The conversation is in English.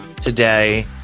today